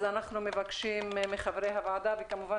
אז אנחנו מבקשים מחברי הוועדה וכמובן